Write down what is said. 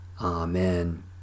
Amen